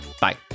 Bye